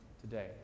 today